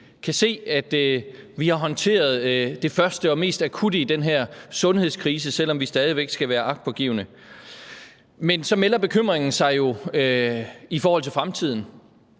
kan se, at vi har håndteret det første og mest akutte i den her sundhedskrise, selv om vi stadig skal være agtpågivende. Men så melder bekymringen sig jo i forhold til fremtiden.